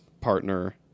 partner